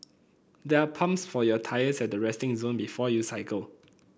there are pumps for your tyres at the resting zone before you cycle